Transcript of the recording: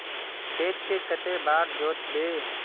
खेत के कते बार जोतबे?